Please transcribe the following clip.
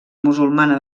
musulmana